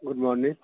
good morning